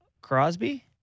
Crosby